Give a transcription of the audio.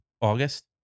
August